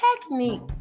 technique